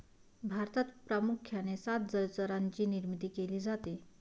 भारतात प्रामुख्याने सात जलचरांची निर्मिती केली जाते